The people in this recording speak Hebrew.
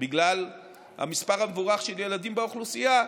בגלל המספר המבורך של הילדים באוכלוסייה,